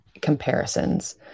comparisons